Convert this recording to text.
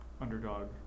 underdog